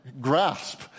grasp